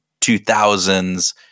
2000s